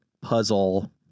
puzzle